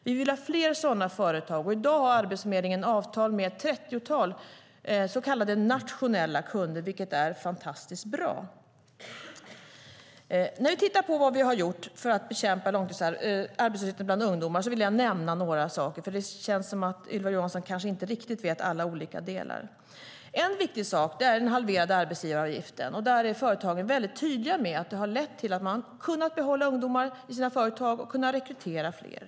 Vi vill ha fler sådana företag, och i dag har Arbetsförmedlingen avtal med ett trettiotal så kallade nationella kunder, vilket är fantastiskt bra. När vi tittar på vad vi har gjort för att bekämpa arbetslösheten bland ungdomar vill jag nämna några saker. Det känns som om Ylva Johansson kanske inte riktigt känner till alla olika delar. En viktig sak är den halverade arbetsgivaravgiften. Där är företagen mycket tydliga med att det har lett till att de har kunnat behålla ungdomar i sina företag och kunnat rekrytera fler.